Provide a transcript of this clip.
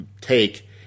take